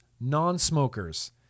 non-smokers